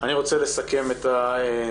אני רוצה לסכם על הדיון.